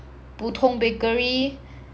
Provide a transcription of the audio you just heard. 普通 bakery